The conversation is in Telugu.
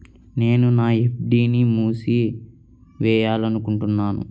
నేను నా ఎఫ్.డీ ని మూసివేయాలనుకుంటున్నాను